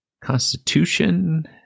constitution